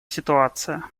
ситуация